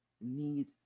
need